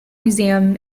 museum